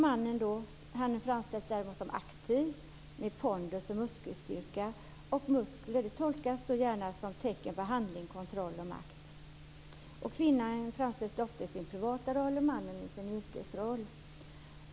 Mannen framställs däremot som aktiv med pondus och muskelstyrka. Muskler tolkas då gärna som tecken på handling, kontroll och makt. Kvinnan framställs oftast i sin privata roll och mannen i sin yrkesroll.